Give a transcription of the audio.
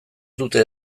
dute